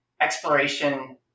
exploration